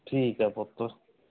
ਠੀਕ ਐ ਪੁੱਤ